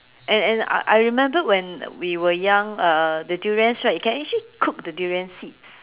and and I I remembered when we were young uh the durians right you can actually cook the durian seeds